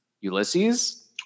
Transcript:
ulysses